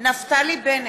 נפתלי בנט,